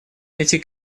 эти